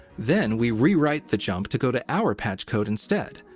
then, we rewrite the jump to go to our patch code instead.